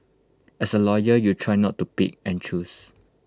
as A lawyer you try not to pick and choose